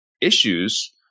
issues